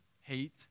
hate